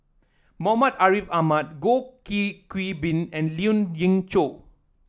Muhammad Ariff Ahmad Goh Qiu Bin and Lien Ying Chow